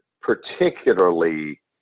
particularly